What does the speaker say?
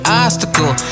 obstacle